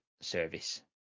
service